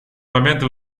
момента